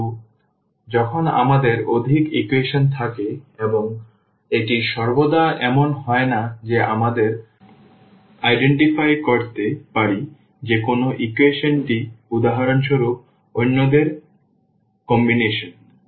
কিন্তু যখন আমাদের অধিক ইকুয়েশন থাকে এবং এটি সর্বদা এমন হয় না যে আমরা আইডেন্টিফাই করতে পারি যে কোন ইকুয়েশনটি উদাহরণস্বরূপ অন্যদের সংমিশ্রণ